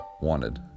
wanted